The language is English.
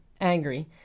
angry